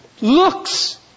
looks